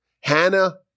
Hannah